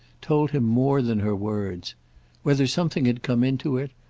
told him more than her words whether something had come into it,